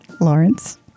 Lawrence